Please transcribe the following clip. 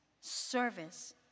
service